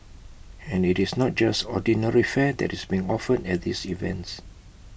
and IT is not just ordinary fare that is being offered at these events